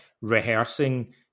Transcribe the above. rehearsing